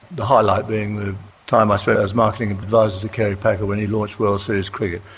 the highlight being the time i spent as marketing advisor to kerry packer when he launched world series cricket.